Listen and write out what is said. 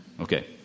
Okay